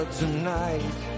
tonight